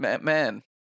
man